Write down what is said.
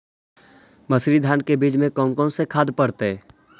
मंसूरी धान के बीज में कौन कौन से खाद पड़तै?